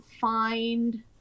find